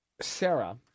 Sarah